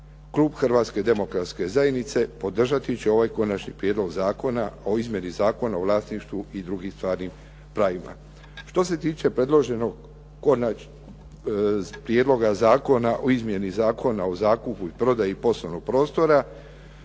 klub Hrvatske demokratske zajednice podržati će ovaj Konačni prijedlog zakona o izmjeni Zakona o vlasništvu i drugim stvarnim pravima. Što se tiče predloženog Prijedloga zakona o izmjeni Zakona o zakupu i prodaji poslovnog prostora,